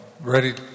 ready